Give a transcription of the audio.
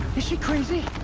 is she crazy?